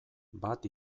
bat